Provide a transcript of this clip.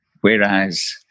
whereas